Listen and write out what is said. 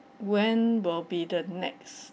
when will be the next